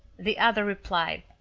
the other replied,